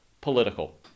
political